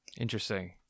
Interesting